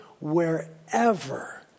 wherever